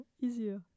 easier